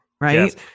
Right